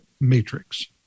matrix